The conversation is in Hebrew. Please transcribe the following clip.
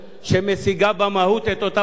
פותחת את אזורי רישום הנישואים,